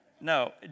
No